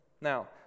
Now